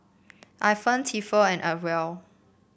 Ifan Tefal and Acwell